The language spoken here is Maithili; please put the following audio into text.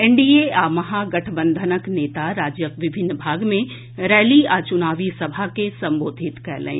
एनडीए आ महागठबंधनक नेता राज्यक विभिन्न भाग मे रैली आ चुनावी सभा के संबोधित कयलनि